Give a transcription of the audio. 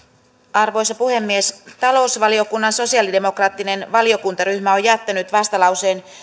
arvoisa puhemies talousvaliokunnan sosialidemokraattinen valiokuntaryhmä on on jättänyt vastalauseen